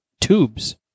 tubes